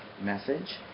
message